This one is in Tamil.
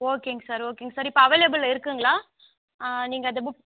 ஓகேங்க சார் ஓகேங்க சார் இப்போ அவைலபுல்ல இருக்குங்களா ஆ நீங்கள் அதை புக்